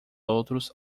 outros